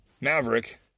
Maverick